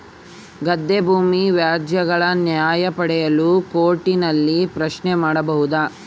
ಗದ್ದೆ ಭೂಮಿ ವ್ಯಾಜ್ಯಗಳ ನ್ಯಾಯ ಪಡೆಯಲು ಕೋರ್ಟ್ ನಲ್ಲಿ ಪ್ರಶ್ನೆ ಮಾಡಬಹುದಾ?